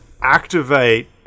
activate